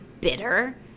bitter